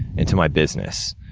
and to my business.